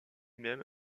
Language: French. même